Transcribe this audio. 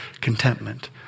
contentment